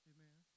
Amen